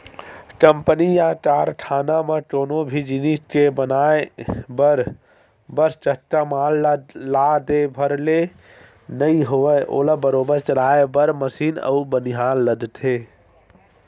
company या कारखाना म कोनो भी जिनिस के बनाय बर बस कच्चा माल ला दे भर ले नइ होवय ओला बरोबर चलाय बर मसीन अउ बनिहार लगथे